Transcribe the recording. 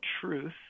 truth